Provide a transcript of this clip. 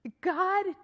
God